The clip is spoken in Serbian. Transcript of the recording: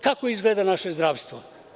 Kako izgleda naše zdravstvo?